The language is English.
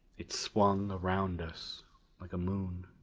it swung around us like a moon.